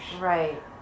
Right